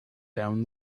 down